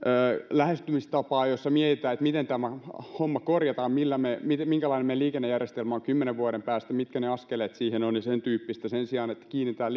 lähestymistapaa jossa mietitään miten tämä homma korjataan minkälainen meidän liikennejärjestelmämme on kymmenen vuoden päästä mitkä ne askeleet siihen ovat ja sentyyppistä sen sijaan että kiinnitetään